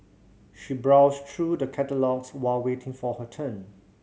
she browsed through the catalogues while waiting for her turn